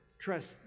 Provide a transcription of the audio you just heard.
trust